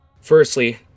Firstly